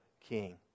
King